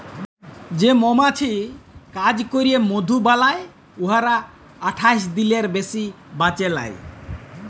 যে মমাছি কাজ ক্যইরে মধু বালাই উয়ারা আঠাশ দিলের বেশি বাঁচে লায়